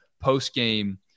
post-game